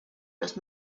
los